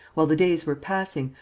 while the days were passing,